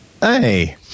Hey